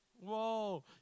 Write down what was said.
Whoa